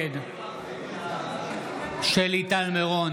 נגד שלי טל מירון,